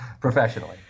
professionally